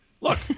Look